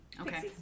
Okay